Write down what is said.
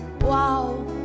Wow